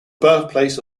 birthplace